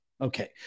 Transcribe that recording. Okay